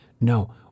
No